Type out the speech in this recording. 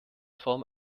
form